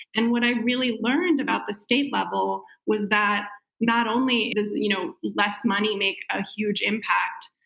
and what i really learned about the state level was that not only does you know less money make a huge impact,